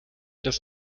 das